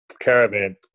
caravan